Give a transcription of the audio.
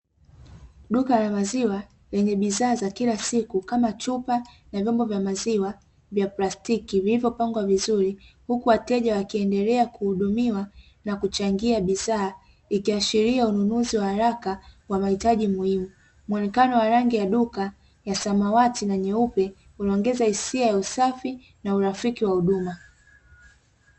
Duka la maziwa lenye bidhaa za kila siku, kama chupa na vyombo vya maziwa vya plastiki, vilivyopangwa vizuri, huku wateja wakiendelea kuhudumiwa na kuchangia bidhaa, ikiashiria ununuzi wa haraka wa mahitaji muhimu. Muonekano wa rangi ya duka ya samawati na nyeupe, unaongeza hisia ya usafi na urafiki wa huduma.